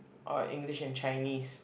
or English and Chinese